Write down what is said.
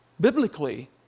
Biblically